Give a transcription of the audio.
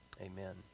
amen